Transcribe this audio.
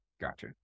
Gotcha